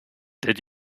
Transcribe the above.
did